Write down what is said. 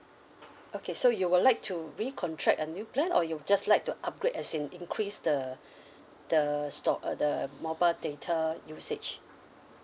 okay so you would like to recontract a new plan or you just like to upgrade as in increase the the stor~ uh the mobile data usage